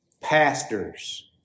pastors